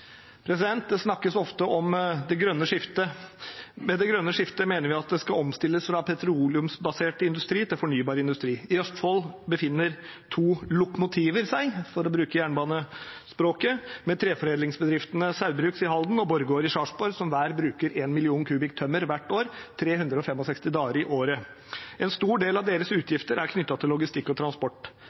Det snakkes ofte om det grønne skiftet. Med det grønne skiftet mener vi at det skal omstilles fra petroleumsbasert til fornybar industri. I Østfold befinner to lokomotiver seg, for å bruke jernbanespråket, trefordelingsbedriftene Saugbrugs i Halden og Borregaard i Sarpsborg, som hver bruker 1 mill. m 3 tømmer hvert år, 365 dager i året. En stor del av deres utgifter er knyttet til logistikk og transport.